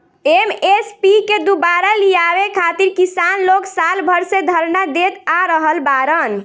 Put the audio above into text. MSP के दुबारा लियावे खातिर किसान लोग साल भर से धरना देत आ रहल बाड़न